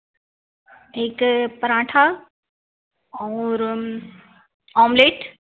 एक पराँठा और ऑमलेट